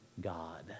God